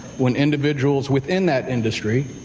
when individuals within that industry.